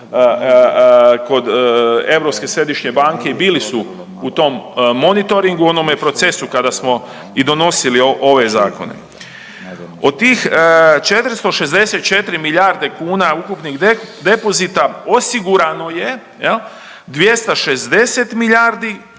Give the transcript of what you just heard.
kod Europske središnje banke i bili su u tom monitoringu, onome procesu kada smo i donosili ove zakone. Od tih 464 milijarde kuna ukupnih depozita osigurano je 260 milijardi